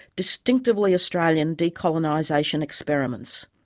distinctively australian decolonisation experiments.